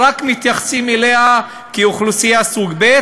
מתייחסים אליה כאוכלוסייה סוג ב',